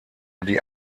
die